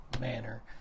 manner